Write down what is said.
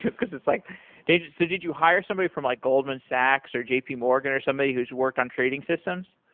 because it's like did you so did you hire somebody for like goldman sachs, or j p. morgan, or somebody, who's work on trading systems?